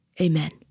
Amen